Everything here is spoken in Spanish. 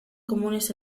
comunes